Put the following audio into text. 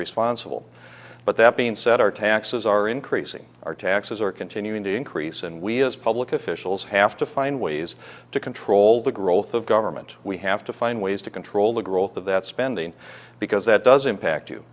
responsible but that being said our taxes are increasing our taxes are continuing to increase and we as public officials have to find ways to control the growth of government we have to find ways to control the growth of that spending because that does impact you